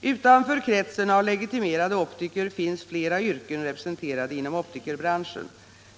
Utanför kretsen av legitimerade optiker finns flera yrken representerade inom optikerbranschen.